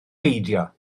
beidio